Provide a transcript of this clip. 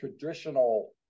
traditional